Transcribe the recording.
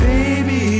Baby